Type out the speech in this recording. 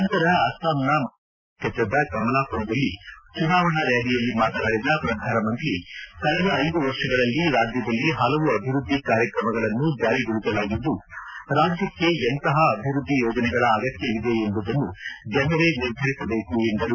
ನಂತರ ಅಸ್ಲಾಂನ ಮಂಗಲ್ದೋಯ್ ಲೋಕಸಭಾ ಕ್ಷೇತ್ರದ ಕಮಲಾಪುರದಲ್ಲಿ ಚುನಾವಣಾ ರ್ನಾಲಿಯಲ್ಲಿ ಮಾತನಾಡಿದ ಪ್ರಧಾನಿ ಕಳೆದ ಐದು ವರ್ಷಗಳಲ್ಲಿ ರಾಜ್ಯದಲ್ಲಿ ಹಲವು ಅಭಿವ್ಯದ್ದಿ ಕಾರ್ಯಕ್ರಮಗಳನ್ನು ಜಾರಿಗೊಳಿಸಲಾಗಿದ್ದು ರಾಜ್ಯಕ್ಷೆ ಎಂತಹ ಅಭಿವ್ಯದ್ದಿ ಯೋಜನೆಗಳ ಅಗತ್ಯವಿದೆ ಎಂಬುದನ್ನು ಜನರೇ ನಿರ್ಧರಿಸಬೇಕು ಎಂದರು